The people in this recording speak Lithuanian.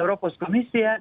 europos komisija